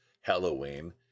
Halloween